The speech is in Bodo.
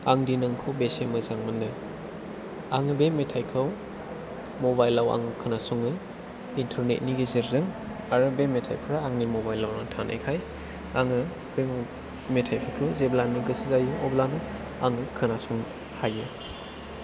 आंदि नोंखौ बेसे मोजां मोनो आङो बे मेथाइखौ मबाइलआव आं खोना सङो इन्टारनेटनि गेजेरजों आरो बे मेथाइफोरा आंनि मबाइलआवनो थानायखाय आङो बे मेथाइफोरखौ जेब्लानो गोसो जायो अब्लानो आङो खोनासंनो हायो